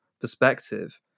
perspective